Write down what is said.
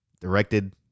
directed